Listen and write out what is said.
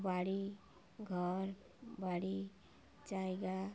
বাড়ি ঘর বাড়ি জায়গা